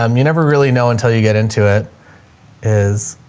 um you never really know until you get into it is,